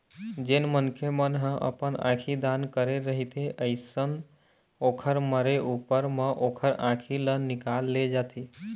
जेन मनखे मन ह अपन आंखी दान करे रहिथे अइसन ओखर मरे ऊपर म ओखर आँखी ल निकाल ले जाथे